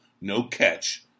no-catch